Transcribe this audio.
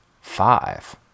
five